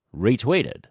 retweeted